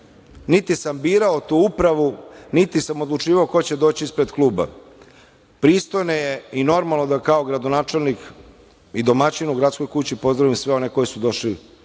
Niti sam birao tu upravu, niti sam odlučivao ko će doći ispred kluba. Pristojno je i normalno da kao gradonačelnik i domaćin u Gradskoj kući pozdravim sve one koji su došli